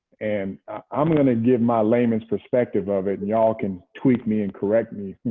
and i'm going to give my layman's perspective of it. and you all can tweak me and correct me.